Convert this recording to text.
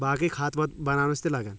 باقی خت وت بناونس تہِ لگان